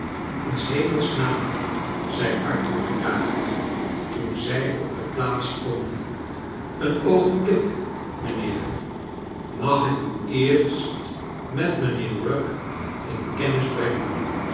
in kernels naam i zei arthur gejaagd toen zij op de plaats stonden een oogenblik mijnheer mag ik u eerst met mijnheer rugg in kennis brengen